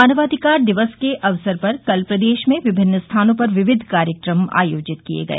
मानवाधिकार दिवस के अवसर पर कल प्रदेश में विभिन्न स्थानों पर विविध कार्यक्रम आयोजित किए गए